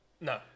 No